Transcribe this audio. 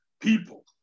people